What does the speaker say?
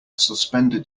suspended